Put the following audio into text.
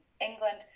England